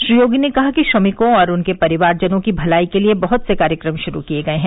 श्री योगी ने कहा कि श्रमिकों और उनके परिवारजनों की भलाई के लिए बहत से कार्यक्रम श्रू किये गये हैं